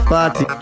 Party